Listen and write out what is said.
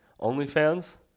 OnlyFans